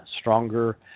stronger